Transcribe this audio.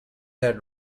that